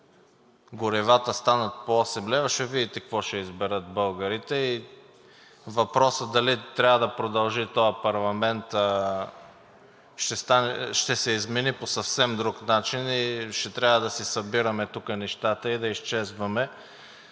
горивата станат по 8,00 лв., ще видите какво ще изберат българите. Въпросът дали трябва да продължи този парламент, ще се измени по съвсем друг начин и ще трябва да си събираме тук нещата и да изчезваме